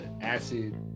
acid